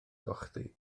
gochddu